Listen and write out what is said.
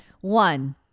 one